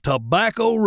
tobacco